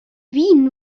wien